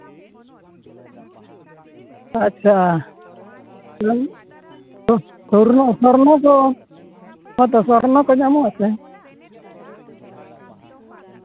ᱟᱪᱪᱷᱟ ᱟᱵᱮᱱ ᱦᱮᱸᱛᱚ ᱥᱚᱨᱱᱟ ᱠᱚ ᱧᱟᱢᱚᱜᱼᱟ ᱥᱮ